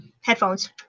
Headphones